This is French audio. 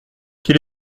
quel